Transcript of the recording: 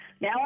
Now